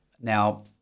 Now